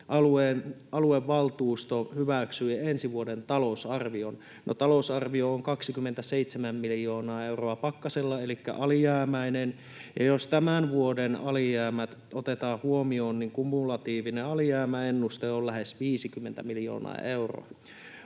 aluevaltuusto hyväksyi ensi vuoden talousarvion. No talousarvio on 27 miljoonaa euroa pakkasella elikkä alijäämäinen, ja jos tämän vuoden alijäämät otetaan huomioon, kumulatiivinen alijäämäennuste on lähes 50 miljoonaa euroa.